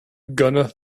gonna